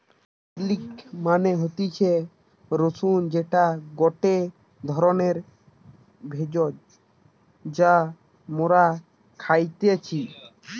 garlic মানে হতিছে রসুন যেটা গটে ধরণের ভেষজ যা মরা খাইতেছি